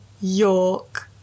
York